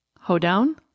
Hoedown